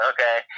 Okay